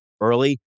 early